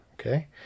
Okay